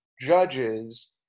judges